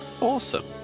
Awesome